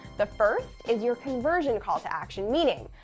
the first is your conversion call to action, meaning,